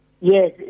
Yes